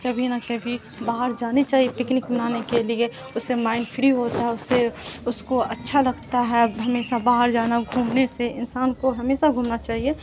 کبھی نہ کبھی باہر جانے چاہیے پکنک بنانے کے لیے اس سے مائنڈ فری ہوتا ہے اس سے اس کو اچھا لگتا ہے ہمیشہ باہر جانا گھومنے سے انسان کو ہمیشہ گھومنا چاہیے